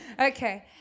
Okay